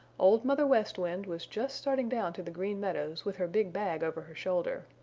old mother west wind was just starting down to the green meadows with her big bag over her shoulder.